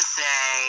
say